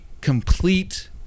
complete